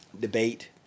debate